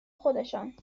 خودشان